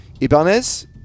Ibanez